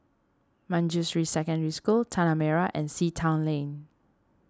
Manjusri Secondary School Tanah Merah and Sea Town Lane